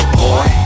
boy